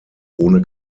ohne